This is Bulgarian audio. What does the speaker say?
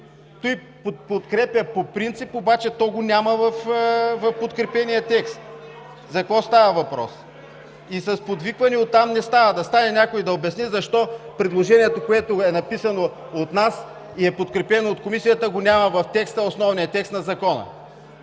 Това „подкрепя по принцип“ обаче го няма в подкрепения текст. За какво става въпрос? (Силен шум и реплики.) И с подвиквания оттам не става. Да стане някой и да обясни защо предложението, което е написано от нас и е подкрепено от Комисията, го няма в основния текст на Закона.